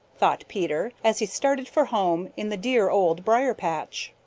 thought peter, as he started for home in the dear old briar-patch.